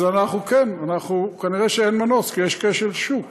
אז כן, כנראה אין מנוס, כי יש כשל שוק